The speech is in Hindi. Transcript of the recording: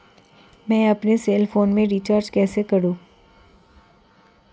मैं अपने सेल फोन में रिचार्ज कैसे करूँ?